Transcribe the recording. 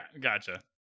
gotcha